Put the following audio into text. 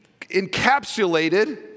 encapsulated